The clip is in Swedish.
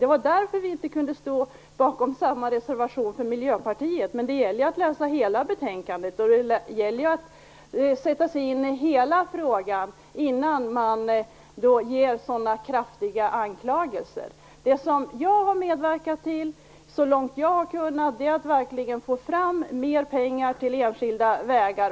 Det var därför som vi inte kunde stå bakom Miljöpartiets reservation. Men det gäller ju att läsa hela betänkandet och att sätta sig in i hela frågan innan man riktar så kraftiga anklagelser. Det som jag har medverkat till så långt jag har kunnat är att verkligen få fram mer pengar till enskilda vägar.